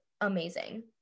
amazing